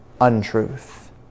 untruth